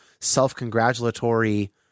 self-congratulatory